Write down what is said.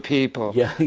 people. yes.